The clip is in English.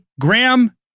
Graham